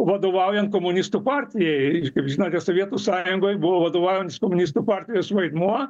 vadovaujant komunistų partijai kaip žinote sovietų sąjungoj buvo vadovaujantis komunistų partijos vaidmuo